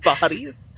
bodies